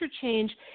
change